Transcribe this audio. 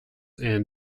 and